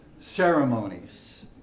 ceremonies